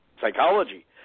psychology